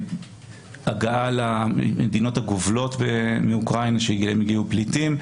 הגעה למדינות הגובלות מאוקראינה שמהן הגיעו פליטים,